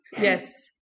Yes